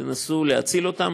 תנסו להציל אותם,